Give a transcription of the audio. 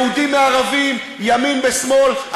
יהודים בערבים, ימין בשמאל.